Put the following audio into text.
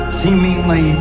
seemingly